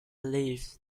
lives